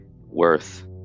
worth